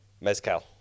mezcal